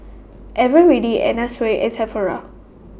Eveready Anna Sui and Sephora